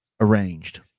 arranged